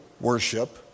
worship